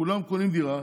כולם קונים דירה,